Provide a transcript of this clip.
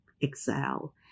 excel